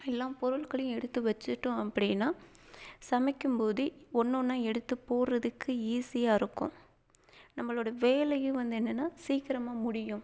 எல்லா பொருள்களையும் எடுத்து வச்சிட்டோம் அப்படின்னா சமைக்கும்போதே ஒன்று ஒன்றா எடுத்து போடுறதுக்கு ஈஸியாக இருக்கும் நம்மளோடய வேலையும் வந்து என்னென்னா சீக்கிரமாக முடியும்